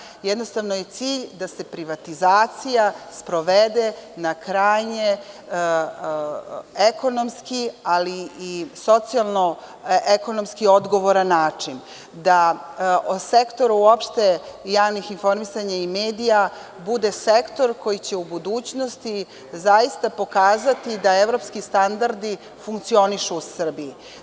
Jednostavno Jednostavno je cilj da se privatizacija sprovede na jedan krajnje ekonomski, ali i socijalnoekonomski odgovoran način, da sektor javnih informisanja i medija bude sektor koji će u budućnosti zaista pokazati da evropski standardi funkcionišu u Srbiji.